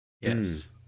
Yes